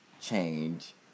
change